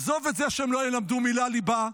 עזוב את זה שהם לא ילמדו מילה ליבה,